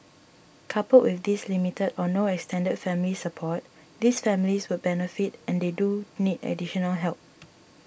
coupled with this limited or no extended family support these families would benefit and they do need additional help